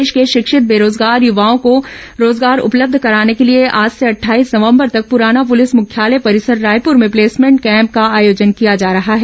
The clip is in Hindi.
प्रदेश के शिक्षित बेरोजगार युवाओं को रोजगार उपलब्ध कराने के लिए आज से अट्ठाईस नवंबर तक प्राना पूलिस मुख्यालय परिसर रायपूर में प्लेसमेंट कैम्प का आयोजन किया जा रहा है